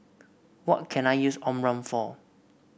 what can I use Omron for